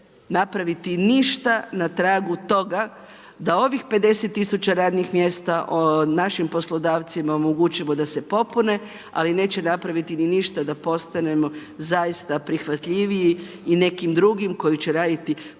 napraviti ništa na tragu toga, da ovih 50000 radnih mjesta našim poslodavcima omogućimo da se popune, ali neće napraviti ni ništa da postanemo zaista prihvatljiviji i nekim drugim koji će raditi poslove,